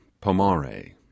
Pomare